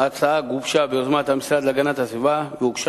ההצעה גובשה ביוזמת המשרד להגנת הסביבה והוגשה